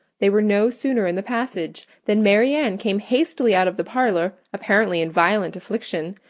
they were no sooner in the passage than marianne came hastily out of the parlour apparently in violent affliction,